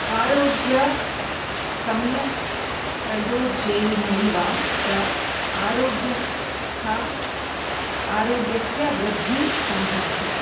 आरोग्यं सम्यक् प्रयोज्यैनैव च आरोग्यस्था आरोग्यस्य वृद्धिः सम्भवति